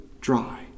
dry